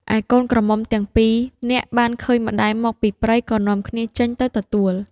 ឯកូនក្រមុំទាំងពីរនាក់ បានឃើញ ម្ដាយមកពីព្រៃក៏នាំគ្នាចេញទៅទទួល។